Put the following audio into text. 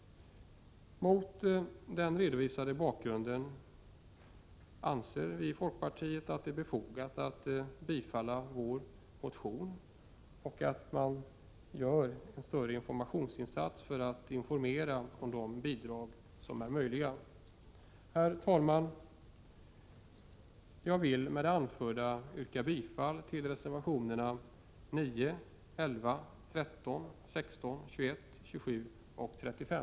Mot den redovisade bakgrunden anser folkpartiet att det är befogat att bifalla vår motion och att förbättra informationen om de bidrag som finns. Herr talman! Jag vill med det anförda yrka bifall till reservationerna 9, 11, 13, 16, 21, 27 och 35.